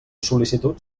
sol·licitud